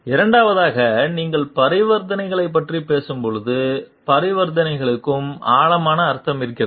இரண்டாவதாக நீங்கள் பரிவர்த்தனைகளைப் பற்றிப் பேசும்போது பரிவர்த்தனைகளுக்கும் ஆழமான அர்த்தம் இருக்கிறது